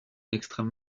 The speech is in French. l’extrême